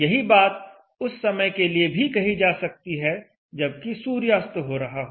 यही बात उस समय के लिए भी कही जा सकती है जबकि सूर्यास्त हो रहा हो